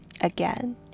again